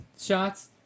shots